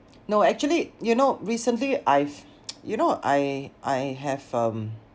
no actually you know recently I've you know I I have um